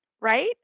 right